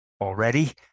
already